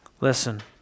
Listen